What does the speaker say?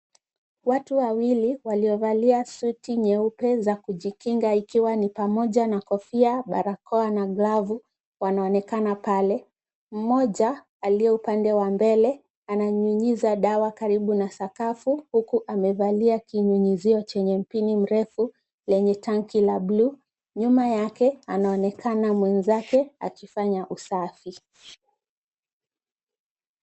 Watu wawili waliovalia suti nyeupe za kujikinga ikiwa ni pamoja na kofia, barakoa na glavu wanaonekana pale. Mmoja aliye upande wa mbele, ananyunyiza dawa karibu na sakafu huku amevalia kinyunyizio chenye mpini mrefu lenye tanki la bluu. Nyuma yake, anaonekana mwenzake akifanya usafi.